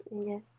Yes